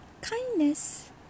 Kindness